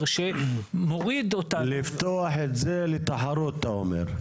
שמוריד אותנו -- לפתוח את זה לתחרות אתה אומר.